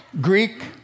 Greek